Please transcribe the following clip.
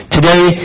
Today